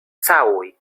całuj